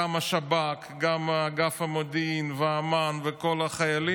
גם השב"כ, גם אגף המודיעין וכל החיילים,